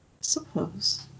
suppose